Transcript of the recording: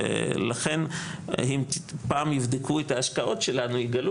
לכן אם פעם יבדקו את ההשקעות שלנו יגלו